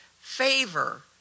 favor